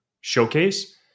showcase